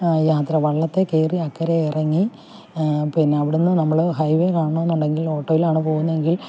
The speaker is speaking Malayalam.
യാത്ര വള്ളത്തേൽ കയറി അക്കരെ ഇറങ്ങി പിന്നെ അവിടുന്ന് നമ്മൾ ഹൈവേ കാണണമെന്നുണ്ടെങ്കിൽ ഓട്ടോയിലാണ് പോകുന്നതെങ്കിൽ